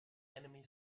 enemy